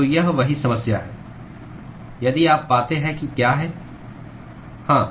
तो यह वही समस्या है यदि आप पाते हैं कि क्या है हाँ